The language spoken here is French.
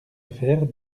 affaire